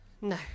No